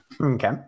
Okay